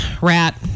rat